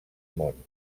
món